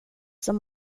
som